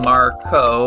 Marco